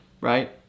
right